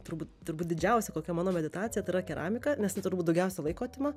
turbūt turbūt didžiausia kokia mano meditacija tai yra keramika nes tai turbūt daugiausia laiko atima